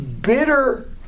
Bitter